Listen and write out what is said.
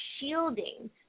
shielding